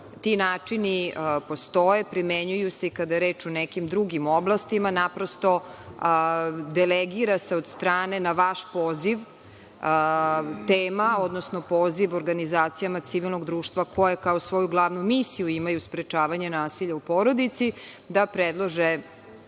Ti načini postoje, primenjuju se i kada je reč o nekim drugim oblastima. Naprosto, delegira se od strane na vaš poziv tema, odnosno poziv organizacijama civilnog društva, koje kao svoju glavnu misiju imaju sprečavanje nasilja u porodici, da predlože